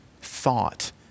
thought